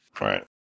Right